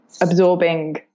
absorbing